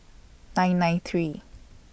nine nine three